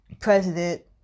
president